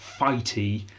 fighty